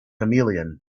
chameleon